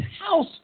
house